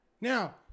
Now